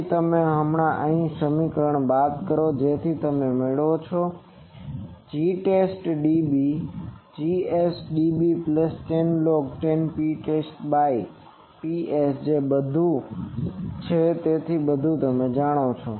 તેથી તમે હમણાં જ આ સમીકરણને બાદ કરો કે જે તમે મેળવો છો તે Gtest dB છે Gs dB plus 10log10 Ptest by Ps જે બધું છે તેથી બધું જ જાણો